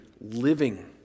living